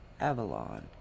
Avalon